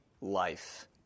life